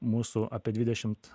mūsų apie dvidešimt